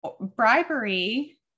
Bribery